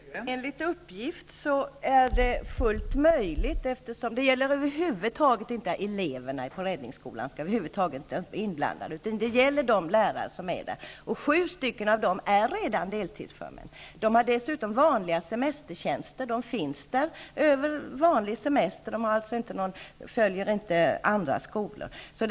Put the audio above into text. Fru talman! Enligt uppgift är det fullt möjligt. Eleverna vid räddningsskolan är över huvud taget inte inblandade, utan det gäller de lärare som finns där. Sju av dem är redan deltidsförmän. De har dessutom semestertjänster och finns där under vanlig semestertid. De följer alltså inte andra skolors tider.